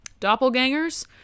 doppelgangers